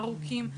ארוכים.